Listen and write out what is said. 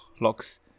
locks